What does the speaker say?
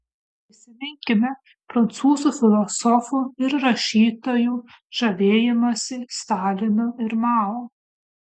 prisiminkime prancūzų filosofų ir rašytojų žavėjimąsi stalinu ir mao